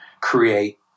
create